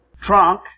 Trunk